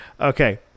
Okay